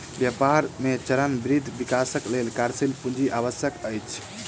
व्यापार मे चरणबद्ध विकासक लेल कार्यशील पूंजी आवश्यक अछि